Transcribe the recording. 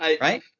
right